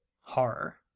horror